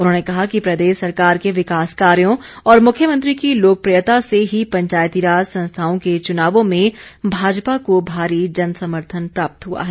उन्होंने कहा कि प्रदेश सरकार के विकास कार्यो और मुख्यमंत्री की लोकप्रियता से ही पंचायती राज संस्थाओं के चुनावों में भाजपा को भारी जनसमर्थन प्राप्त हुआ है